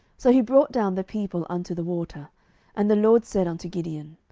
so he brought down the people unto the water and the lord said unto gideon,